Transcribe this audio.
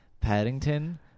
Paddington